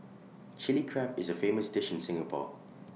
Chilli Crab is A famous dish in Singapore